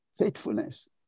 Faithfulness